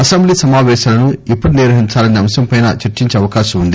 assembly సమాపేశాలను ఎప్పుడు నిర్వహించాలసే అంశం పైన చర్చించే అవకాశం ఉంది